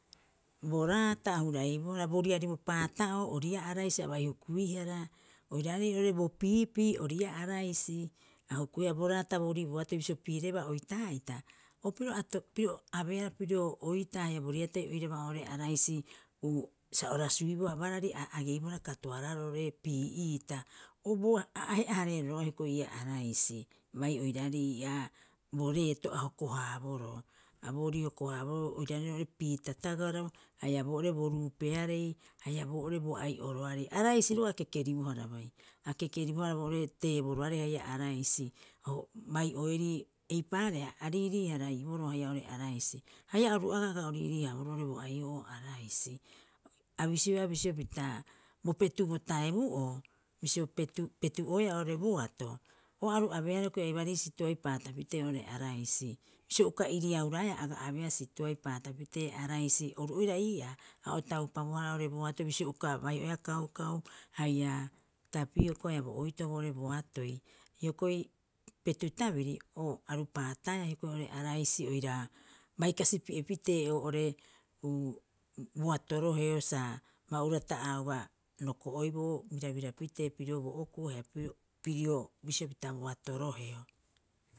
Bo raata a huraibohara, boriari bo paata'oo ori'ii'aa araisi a bai kukuihara, oiraarei oo'ore bo piipii ori'ii'aa araisi. a ukuia. Bo raata boori boatoi bisio piirebaa oitaa'ita, o piro ato piro abeea pirio oitaa haia boriatai oraba oo'ore araisi sa o rasuiboo ha barari a ageibohara kotoaraaroo roo'ore pii'iita. Oboa a ahe'a- hareeroo roga'a hioko'i ii'aa araisi bai oiraarei ii'aa bo reeto a hoko- haaboroo. A boori hoko- haaboroo oiraarei oo'ore piitatagaro haia boo'ore bo ruupearei haia boo'ore bo ai'oroarei araisi oga'a a kekeribohara bai. A kekeribohara boo'are teeboroarei haia araisi o bai oerii eipaareha haia arii- haraiboroo oo'ore araisi, haia oru agaa aga o riirii haaa boroo oo'ore bo ai'o'oo oo'ore araisi. A bisioea bisio pita bo petu bo teabu'oo bisio petu- petu'oea oo'ore boato, a aru abeehara hiokoi aubaari sitoai paata pitee oo'ore araisi. Bisio uka iriauraea a abeea sitoai paata pitee araisi oru oira ii'aa a otaupabo hara boato bisio uka bai oeea kaukau haia tapioko haia bo oitoo boo'ore boatoi. Hioko'i petu tabira, o aru pantaea hioko'i oo'ore araisi oira bai karipi'e pitee oo'ore uu boato roheo sa ba'urata auuba roko'aiboo birabira pritee pirio bo okuu haia piro- piro bisio pita boata roheo.